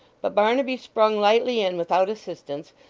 but barnaby sprung lightly in without assistance,